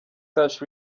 touch